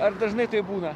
ar dažnai taip būna